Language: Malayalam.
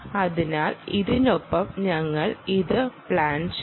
അതിനാൽ ഇതിനൊപ്പം ഞങ്ങൾ ഇത് പ്ലാൻ ചെയ്യും